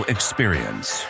Experience